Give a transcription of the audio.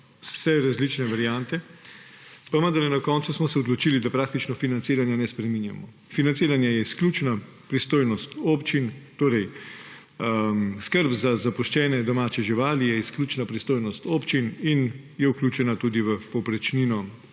Vse različne variante, pa vendarle smo se na koncu odločili, da praktično financiranja ne spreminjamo. Financiranje je izključna pristojnost občin, torej skrb za zapuščene domače živali je izključna pristojnost občin in je vključena tudi v povprečnino,